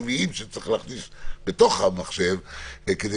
המשפטיים-מחשוביים שצריך להכניס למחשב כדי